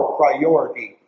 priority